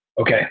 Okay